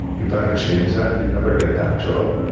you better change that. you'd never get that job.